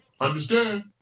Understand